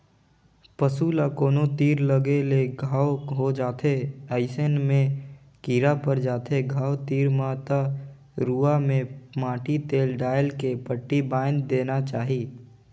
पसू ल कोनो तीर लगे ले घांव हो जाथे अइसन में कीरा पर जाथे घाव तीर म त रुआ में माटी तेल डायल के पट्टी बायन्ध देना चाही